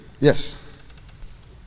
Yes